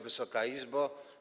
Wysoka Izbo!